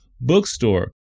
bookstore